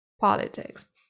politics